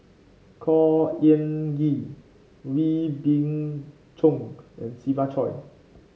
Khor Ean Ghee Wee Beng Chong and Siva Choy